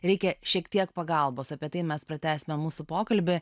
reikia šiek tiek pagalbos apie tai mes pratęsime mūsų pokalbį